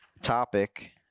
topic